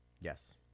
Yes